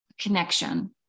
connection